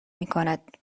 میکند